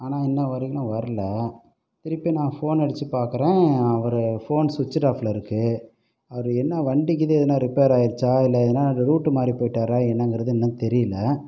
ஆனால் இன்ன வரைக்கிலும் வரல திருப்பி நான் ஃபோன் அடித்து பார்க்குறேன் அவர் ஃபோன் ஸ்விட்ச்சுடு ஆஃப்பில் இருக்குது அவர் என்ன வண்டிகிது எதனா ரிப்பேர் ஆகிடுச்சா இல்லை எதனா ரூட்டு மாதிரி போயிட்டாரா என்னங்கிறது இன்னும் தெரியல